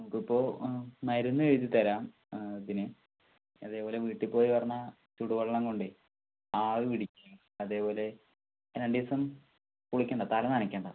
നമുക്കിപ്പോൾ മരുന്ന് എഴുതി തരാം അതിന് അതേപോലെ വീട്ടിൽ പോയി പറഞ്ഞാൽ ചൂട് വെള്ളം കൊണ്ട് ആവി പിടിക്ക് അതേപോലെ രണ്ട് ദിവസം കുളിക്കണ്ട തല നനയ്ക്കണ്ട